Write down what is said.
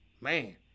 man